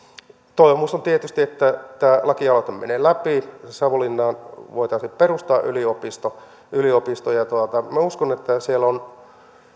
toivomus on tietysti että tämä lakialoite menee läpi savonlinnaan voitaisiin perustaa yliopisto minä uskon että siellä savonlinnassa on